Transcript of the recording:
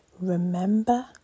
remember